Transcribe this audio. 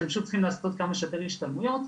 שהם צריכים לעשות כמה שיותר השתלמויות,